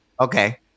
Okay